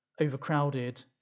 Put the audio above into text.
overcrowded